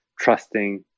trusting